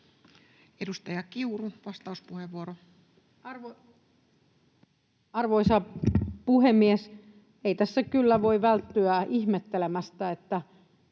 Edustaja Kiuru, vastauspuheenvuoro. Arvoisa puhemies! Ei tässä kyllä voi välttyä ihmettelemästä, että,